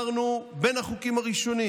בין החוקים הראשונים